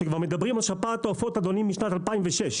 כשכבר מדברים על שפעת העופות אדוני משנת 2006,